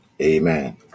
amen